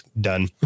done